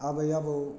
आबै आबौ